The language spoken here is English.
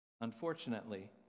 Unfortunately